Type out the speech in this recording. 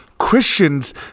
Christians